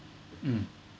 mm